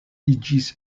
iĝis